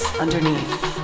underneath